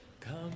Come